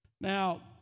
Now